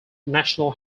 national